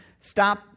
stop